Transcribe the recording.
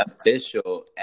official